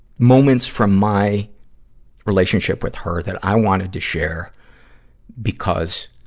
moments from my relationship with her that i wanted to share because